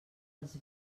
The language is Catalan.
els